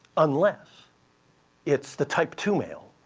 unless it's the type two male.